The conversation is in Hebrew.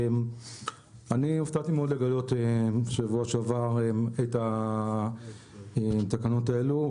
אני הופעתי מאוד לגלות שבוע שעבר את התקנות האלו.